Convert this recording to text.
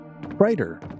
brighter